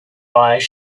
eyes